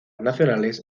nacionales